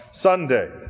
Sunday